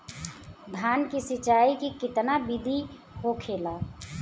धान की सिंचाई की कितना बिदी होखेला?